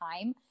time